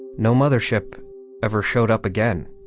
no mothership ever showed up again